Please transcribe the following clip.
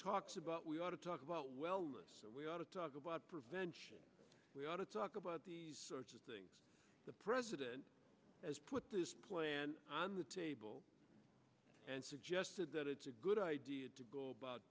talks about we ought to talk about wellness we ought to talk about prevention we ought to talk about the things the president has put this plan on the table and suggested that it's a good idea to go about